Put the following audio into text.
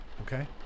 okay